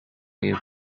you